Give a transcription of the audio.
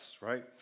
right